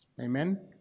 Amen